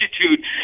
institute